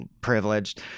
privileged